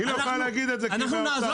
היא לא יכולה להגיד את זה כי היא מהאוצר.